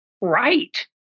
right